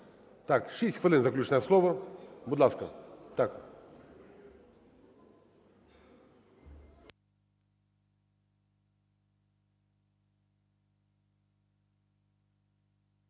Так, 6 хвилин заключне слово. Будь ласка.